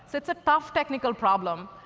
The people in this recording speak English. it's a tough technical problem.